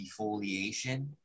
defoliation